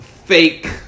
fake